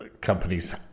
companies